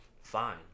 fine